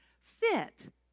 fit